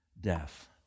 death